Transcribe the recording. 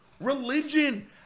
Religion